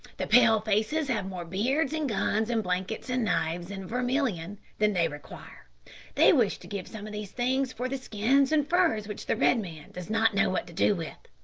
the pale-faces have more beads, and guns, and blankets, and knives, and vermilion than they require they wish to give some of these things for the skins and furs which the red-man does not know what to do with.